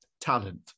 Talent